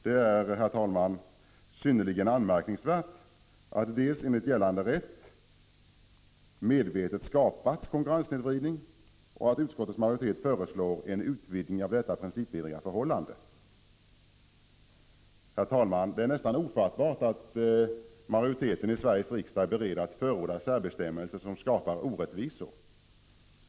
Det är, herr talman, synnerligen anmärkningsvärt dels att man enligt gällande rätt medvetet har skapat konkurrenssnedvridning, dels att utskottets majoritet föreslår en utvidgning av detta principvidriga förhållande. Herr talman! Det är nästan ofattbart att majoriteten i Sveriges riksdag är beredd att förorda särbestämmelser som skapar orättvisor.